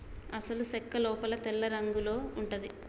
అసలు సెక్క లోపల తెల్లరంగులో ఉంటది